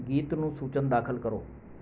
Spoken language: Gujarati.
ગીતનું સૂચન દાખલ કરો